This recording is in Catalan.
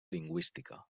lingüística